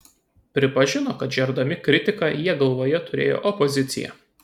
pripažino kad žerdami kritiką jie galvoje turi opoziciją